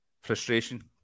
frustration